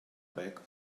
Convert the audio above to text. back